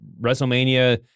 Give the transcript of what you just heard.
WrestleMania